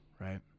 right